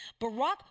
Barack